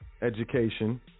education